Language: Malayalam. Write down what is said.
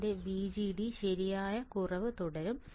എന്റെ VGD ശരിയായ കുറവ് തുടരും